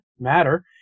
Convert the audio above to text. matter